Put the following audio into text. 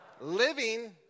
living